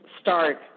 start